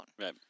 Right